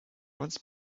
wants